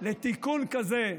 תיקון כזה שיאפשר,